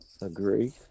agree